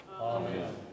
Amen